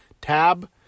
tab